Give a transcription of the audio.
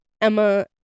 Emma